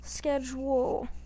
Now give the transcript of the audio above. schedule